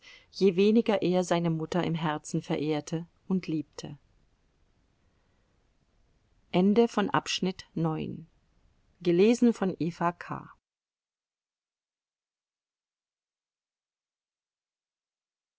je weniger er seine mutter im herzen verehrte und liebte